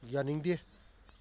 ꯌꯥꯅꯤꯡꯗꯦ